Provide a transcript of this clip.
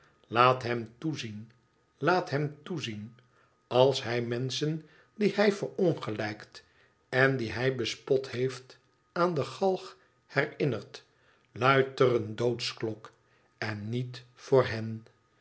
laat hem toezien laat hem toezien als hij menschen die hij verongelijkt en die hij bespot heeft aan de galg herinnert luidt er eene doodsklok en niet voor hen